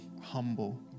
humble